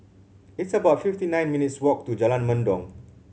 it's about fifty nine minutes' walk to Jalan Mendong